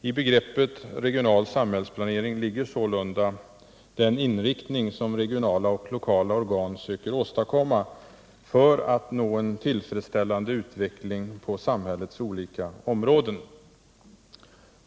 I begreppet regional samhällsplanering ligger sålunda den inriktning som regionala och lokala organ söker åstadkomma för att få en tillfredsställande utveckling på samhällets olika områden.